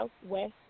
Southwest